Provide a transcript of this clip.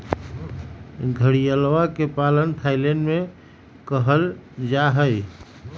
घड़ियलवा के पालन थाईलैंड में कइल जाहई